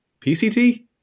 PCT